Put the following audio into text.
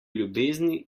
ljubezni